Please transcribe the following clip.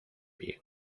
bien